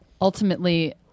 ultimately